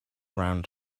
round